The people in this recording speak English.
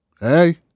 Hey